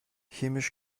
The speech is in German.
chemisch